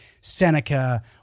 Seneca